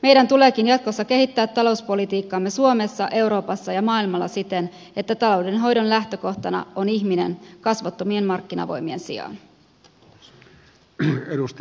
meidän tuleekin jatkossa kehittää talouspolitiikkaamme suomessa euroopassa ja maailmalla siten että taloudenhoidon lähtökohtana on ihminen kasvottomien markkinavoimien sijaan